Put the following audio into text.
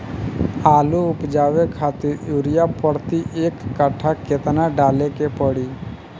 आलू उपजावे खातिर यूरिया प्रति एक कट्ठा केतना डाले के पड़ी?